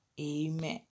Amen